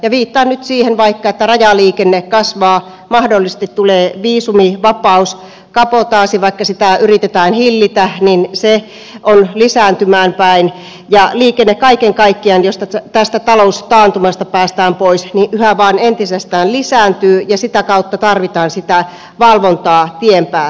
ja viittaan nyt vaikka siihen että rajaliikenne kasvaa mahdollisesti tulee viisumivapaus kabotaasi vaikka sitä yritetään hillitä on lisääntymään päin ja liikenne kaiken kaikkiaan jos tästä taloustaantumasta päästään pois yhä vain entisestään lisääntyy ja sitä kautta tarvitaan sitä valvontaa tien päällä